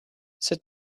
sit